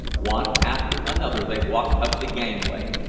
one after another they walked up the gangway,